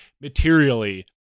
materially